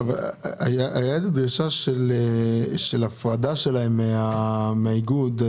היה חשש של הפרדה שלהם מהאיגוד.